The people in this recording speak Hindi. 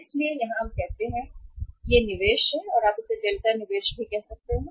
इसलिए यहाँ हम कहते हैं कि यह निवेश है या आप डेल्टा निवेश कह सकते हैं